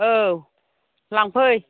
औ लांफै